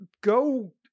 go